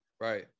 right